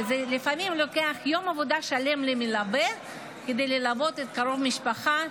ולפעמים זה לוקח יום עבודה שלם למלווה כדי ללוות קרוב משפחה,